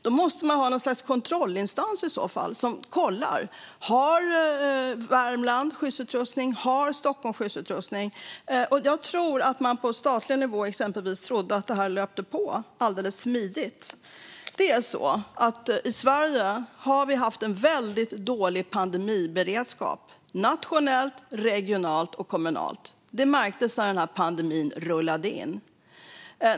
Då måste man i så fall ha något slags kontrollinstans som kollar: Har Värmland skyddsutrustning? Har Stockholm skyddsutrustning? Jag tror att man exempelvis på statlig nivå trodde att det här löpte på alldeles smidigt. Vi har haft en väldigt dålig pandemiberedskap i Sverige, både nationellt, regionalt och kommunalt. Det märktes när pandemin rullade in.